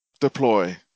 Deploy